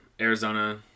Arizona